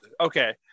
Okay